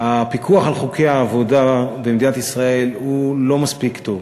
הפיקוח על חוקי העבודה במדינת ישראל הוא לא מספיק טוב,